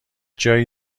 جایی